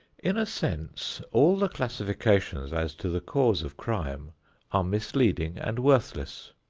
in a sense, all the classifications as to the cause of crime are misleading and worthless.